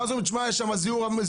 ואז אומרים תשמע, יש שם זיהום אוויר.